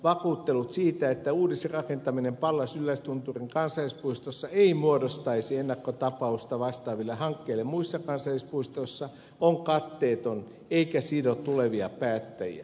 vakuuttelut siitä että uudisrakentaminen pallas yllästunturin kansallispuistossa ei muodostaisi ennakkotapausta vastaaville hankkeille muissa kansallispuistoissa on katteeton eikä sido tulevia päättäjiä